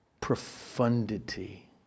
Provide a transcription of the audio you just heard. profundity